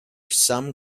some